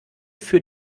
für